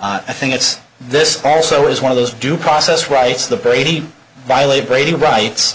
i think it's this also is one of those due process rights the brady violate brady right